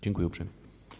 Dziękuję uprzejmie.